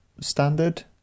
standard